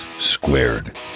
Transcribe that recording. Squared